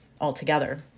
altogether